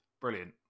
Brilliant